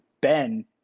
Ben